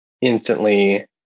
instantly